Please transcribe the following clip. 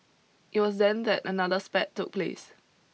it was then that another spat took place